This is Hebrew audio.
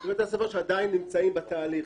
זה בתי הספר שעדיין נמצאים בתהליך,